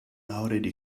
already